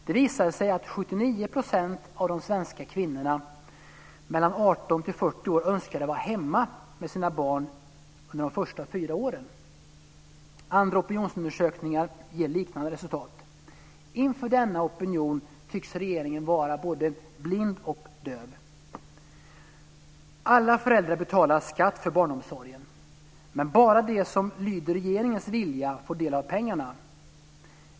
Det visade sig att 79 % av de svenska kvinnorna mellan 18 och 40 år önskade vara hemma med sina barn under de första fyra åren. Andra opinionsundersökningar ger liknande resultat. Inför denna opinion tycks regeringen vara både blind och döv. Alla föräldrar betalar skatt för barnomsorgen, men bara de som lyder regeringens vilja får del av pengarna.